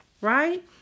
right